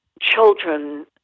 children